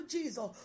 Jesus